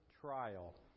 trial